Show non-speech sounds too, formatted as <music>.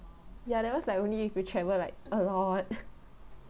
ya that one's like only if you travel like a lot <laughs>